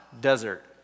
desert